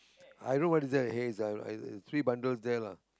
i don't know why is there a haze ah uh three bundles there lah